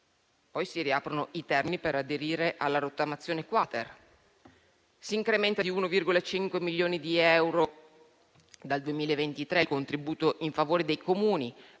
Si riaprono inoltre i termini per aderire alla rottamazione *quater*, si incrementa di 1,5 milioni di euro dal 2023 il contributo in favore dei Comuni,